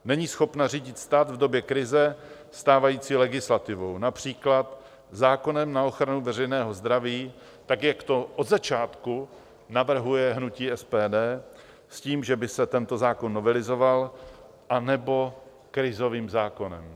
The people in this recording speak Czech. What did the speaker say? Není schopna řídit stát v době krize stávající legislativou, například zákonem na ochranu veřejného zdraví, tak jak to od začátku navrhuje hnutí SPD s tím, že by se tento zákon novelizoval, anebo krizovým zákonem.